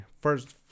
first